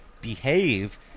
behave